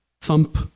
thump